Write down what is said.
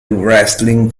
wrestling